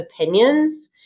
opinions